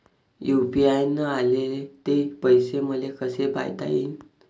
UPI न आले ते पैसे मले कसे पायता येईन?